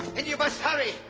and you must hurry.